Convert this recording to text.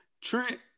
Trent